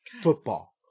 Football